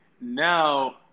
now